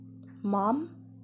Mom